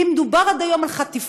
כי אם עד היום דובר על חטיפות,